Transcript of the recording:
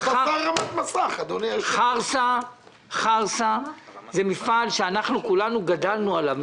חרסה הוא מפעל שכולנו גדלנו עליו.